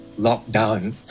lockdown